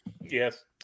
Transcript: Yes